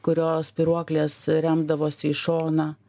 kurios spyruoklės remdavosi į šoną